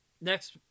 Next